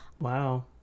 Wow